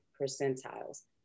percentiles